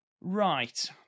Right